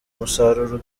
musaruro